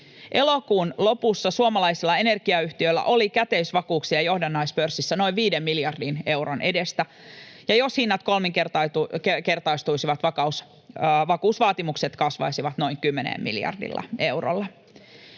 Elokuun lopussa suomalaisilla energiayhtiöillä oli käteisvakuuksia johdannaispörssissä noin viiden miljardin euron edestä, ja jos hinnat kolminkertaistuisivat, vakuusvaatimukset kasvaisivat noin kymmenellä miljardilla eurolla.